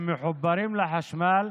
הם מחוברים לחשמל,